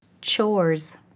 chores